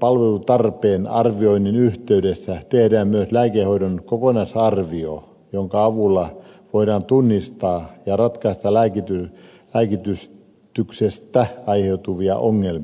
palvelutarpeen arvioinnin yhteydessä tehdään myös lääkehoidon kokonaisarvio jonka avulla voidaan tunnistaa ja ratkaista lääkityksestä aiheutuvia ongelmia